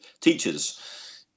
teachers